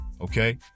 Okay